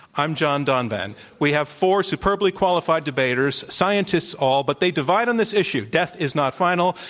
i'm john donvan. we have four superbly qualified debaters, scientists all, but they divide on this issue death is not final.